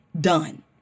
done